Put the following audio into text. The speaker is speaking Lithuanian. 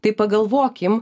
tai pagalvokim